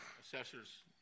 assessor's